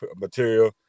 material